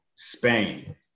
spain